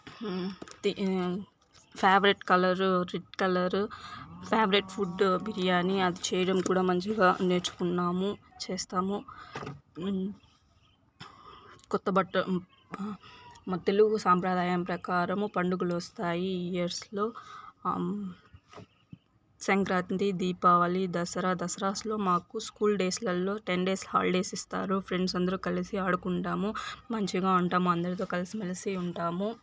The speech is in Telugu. favourite colour red colour favourite food biryani అది చేయడం కూడా మంచిగా నేర్చుకున్నాము చేస్తాము కొత్త బట్ట మన తెలుగు సాంప్రదాయం ప్రకారం పండుగలు వస్తాయి ఇయర్స్లో సంక్రాంతి దీపావళి దసరా దసరాస్లో మాకు స్కూల్ డేస్లలో టెన్ డేస్ హాలిడేస్ ఇస్తారు ఫ్రెండ్స్ అందరు కలిసి ఆడుకుంటాము మంచిగా ఉంటాము అందరితో కలిసి మెలిసి ఉంటాము